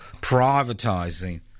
privatising